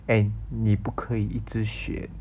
and 你不可以一直选